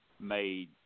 made